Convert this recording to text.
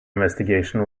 investigation